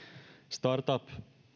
startupit